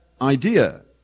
idea